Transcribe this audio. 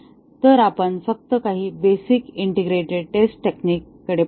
तर आपण फक्त काही बेसिक ईंटेग्रेट टेस्ट टेक्निककडे पाहिले